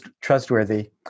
trustworthy